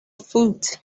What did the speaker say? foot